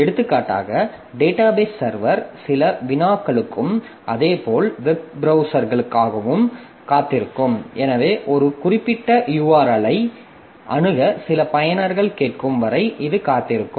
எடுத்துக்காட்டாக database server சில வினாக்களுக்கும் அதேபோல் வெப் பிரௌசர்களுக்காகவும் காத்திருக்கும் எனவே ஒரு குறிப்பிட்ட URL ஐ அணுக சில பயனர் கேட்கும் வரை இது காத்திருக்கும்